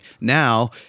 Now